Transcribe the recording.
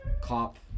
cop